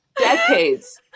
Decades